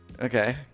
Okay